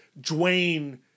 Dwayne